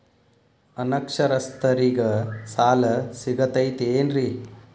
ಅನಕ್ಷರಸ್ಥರಿಗ ಸಾಲ ಸಿಗತೈತೇನ್ರಿ?